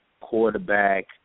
quarterback